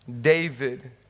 David